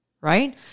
right